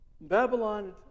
babylon